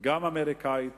גם אמריקנית